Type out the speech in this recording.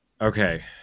Okay